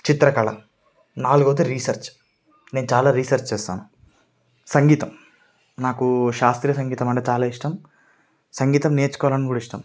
చిత్రకళ నాలుగోది రీసర్చ్ నేను చాలా రీసెర్చ్ చేస్తాను సంగీతం నాకు శాస్త్రీయ సంగీతం అంటే చాలా ఇష్టం సంగీతం నేర్చుకోవలన్నా కూడా ఇష్టం